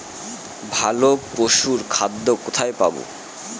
ভালো পশুর খাদ্য কোথায় পাবো?